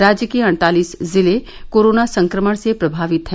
राज्य के अड़तालीस जिले कोरोना संक्रमण से प्रभावित हैं